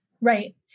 right